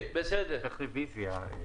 צריך רוויזיה.